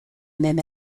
même